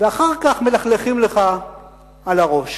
ואחר כך מלכלכים לך על הראש.